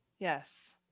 Yes